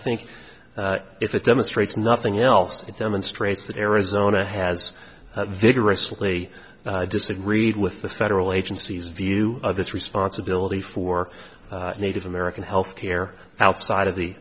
think if it demonstrates nothing else it demonstrates that arizona has vigorously disagreed with the federal agencies view of its responsibility for native american health care outside of the